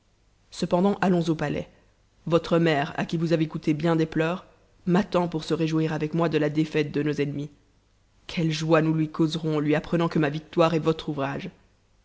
cependant allons au palais votre mère à qui vous avez coûté bien des pleurs m'attend pour se réjouir avec moi de la défaite de nos ennemis quelle joie nous lui causerons en lui apprenant que ma'victoire est votre ouvrage